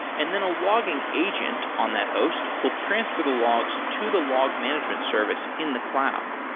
and then a logging agent on that host will transfer the logs to the log management service in the cloud.